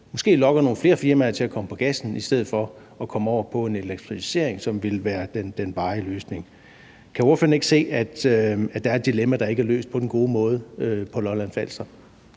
måske lokker nogle flere firmaer til at komme over på gassen i stedet for at komme over på en elektrificering, som ville være den varige løsning. Kan ordføreren ikke se, at der er et dilemma, der ikke er løst på den gode måde på Lolland-Falster?